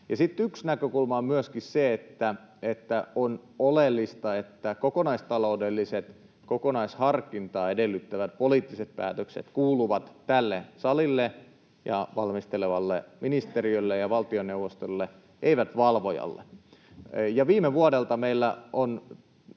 yksi näkökulma on myöskin se, että on oleellista, että kokonaistaloudelliset, kokonaisharkintaa edellyttävät poliittiset päätökset kuuluvat tälle salille ja valmistelevalle ministerille ja valtioneuvostolle, eivät valvojalle. Viime vuodelta meillä on